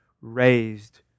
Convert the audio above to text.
raised